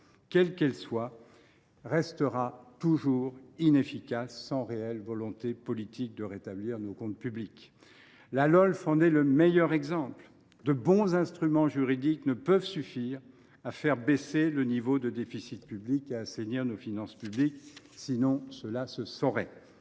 quelle qu’elle soit, restera toujours inefficace sans réelle volonté politique de rétablir nos comptes publics. La Lolf en est le meilleur exemple. De bons instruments juridiques ne peuvent suffire à faire baisser le niveau de déficit public et à assainir nos finances publiques : cela se saurait